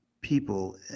people